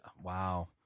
Wow